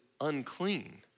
unclean